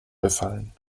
befallen